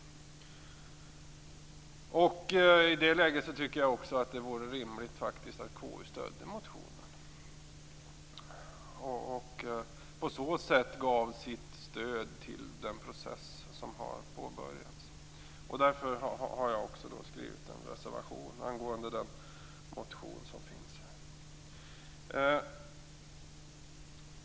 I det läget tycker jag också att det vore rimligt att KU stödde motionen och på så sätt gav sitt stöd till den process som har påbörjats. Därför har jag också skrivit en reservation angående den motion som finns.